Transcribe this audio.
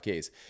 Ks